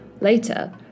Later